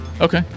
okay